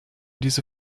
diese